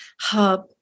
hub